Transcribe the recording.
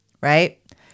right